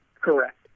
Correct